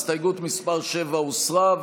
הסתייגות מס' 7 הוסרה,